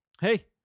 Hey